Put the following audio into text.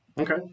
Okay